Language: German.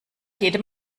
jedem